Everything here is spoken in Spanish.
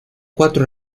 cuatro